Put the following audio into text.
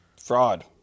Fraud